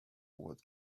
what